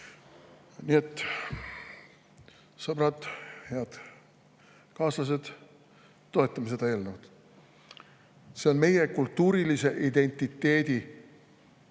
Nii et, sõbrad, head kaaslased, toetame seda eelnõu. See on üks meie kultuurilise identiteedi